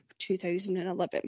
2011